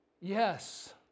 Yes